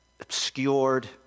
obscured